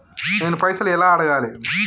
నేను పైసలు ఎలా అడగాలి?